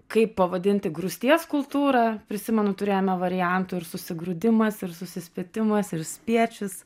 kaip pavadinti grūsties kultūrą prisimenu turėjome variantų ir susigrūdimas ir susispietimas ir spiečius